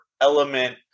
element